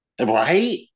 Right